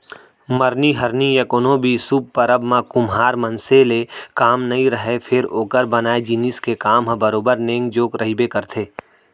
मरनी हरनी या कोनो भी सुभ परब म कुम्हार मनसे ले काम नइ रहय फेर ओकर बनाए जिनिस के काम ह बरोबर नेंग जोग रहिबे करथे